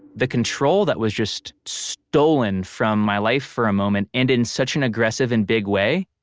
the control that was just stolen from my life for a moment and in such an aggressive and big way.